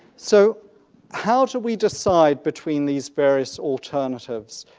so how do we decide between these various alternatives?